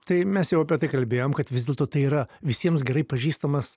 tai mes jau apie tai kalbėjom kad vis dėlto tai yra visiems gerai pažįstamas